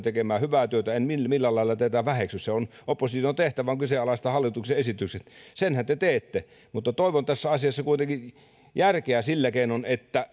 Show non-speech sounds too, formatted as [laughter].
[unintelligible] tekemää hyvää työtä en millään lailla teitä väheksy opposition tehtävänä on kyseenalaistaa hallituksen esitykset senhän te teette mutta toivon tässä asiassa kuitenkin järkeä sillä keinoin että [unintelligible]